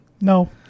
No